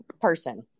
person